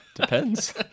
Depends